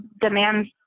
demands